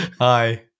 Hi